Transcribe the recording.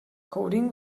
coding